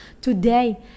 Today